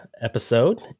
episode